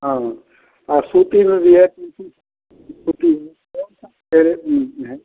हाँ और सूती में भी है सूती सूती में टेरे में है